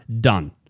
Done